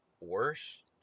worse